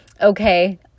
okay